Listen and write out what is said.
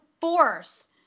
force